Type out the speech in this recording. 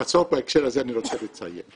בסוף בהקשר הזה אני רוצה לציין,